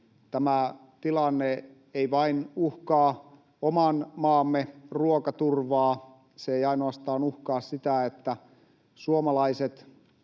Tämä tilanne ei uhkaa vain oman maamme ruokaturvaa, se ei uhkaa ainoastaan sitä, että suomalaiset